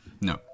No